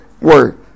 word